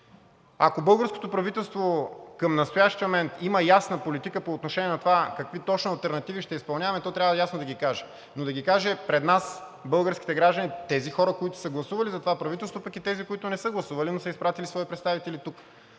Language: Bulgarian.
Ако българското правителство към настоящия момент има ясна политика по отношение на това какви точно алтернативи ще изпълняваме, то трябва ясно да ги каже, но да ги каже пред нас, българските граждани, тези хора, които са гласували за това правителство, а и тези, които не са гласували, но са изпратили свои представители тук,